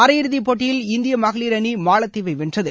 அரையிறுதி போட்டியில் இந்திய மகளிர் அணி மாலத்தீவை வென்றது